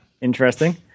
interesting